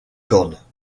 cornes